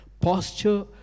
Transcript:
Posture